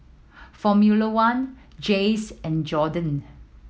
Formula One Jays and Johan